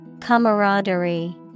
Camaraderie